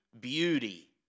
beauty